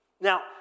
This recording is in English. Now